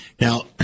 Now